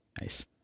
nice